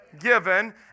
given